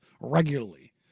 regularly